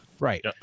Right